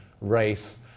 race